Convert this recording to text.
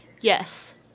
Yes